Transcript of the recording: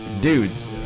dudes